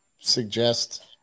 Suggest